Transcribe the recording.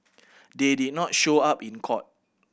they did not show up in court